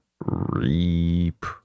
Reap